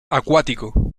acuático